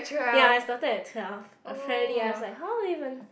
ya I started at twelve a friend ask me how do you even